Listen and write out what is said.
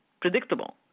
predictable